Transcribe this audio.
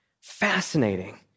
Fascinating